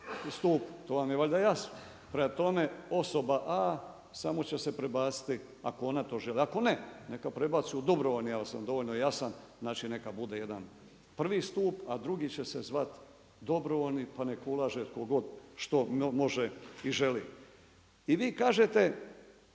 stupu, to vam je valjda jasno. Prema tome, osoba A samo će se prebaciti ako ona to želi. Ako ne, neka prebaci u dobrovoljni. Jesam dovoljno jasan? Znači neka bude jedan prvi stup, a drugi će se zvati dobrovoljni pa nek' ulaže tko god što može i želi. I vi kažete